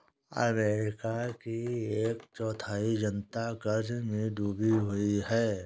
America की एक चौथाई जनता क़र्ज़ में डूबी हुई है